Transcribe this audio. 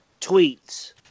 tweets